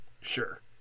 sure